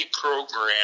program